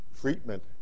treatment